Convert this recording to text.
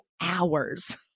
hours